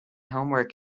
homework